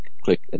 click